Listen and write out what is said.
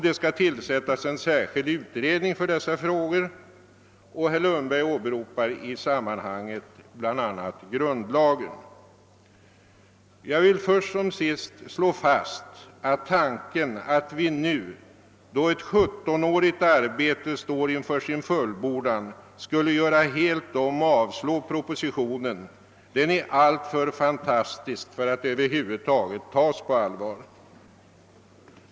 Det skall tillsättas en särskild utredning för ändamålet, och herr Lundberg åberopar i sammanhanget bl.a. grundlagen. Jag vill först som sist slå fast att tanken att vi nu, då ett sjuttonårigt arbete står inför sin fullbordan, skulle göra helt om och avslå propositionen är alltför fantastisk för att tas på allvar.